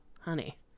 honey